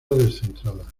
descentrada